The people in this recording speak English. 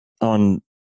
on